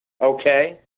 Okay